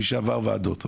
מי שעבר ועדות,